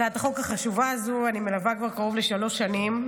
את הצעת החוק החשובה הזו אני מלווה כבר קרוב לשלוש שנים,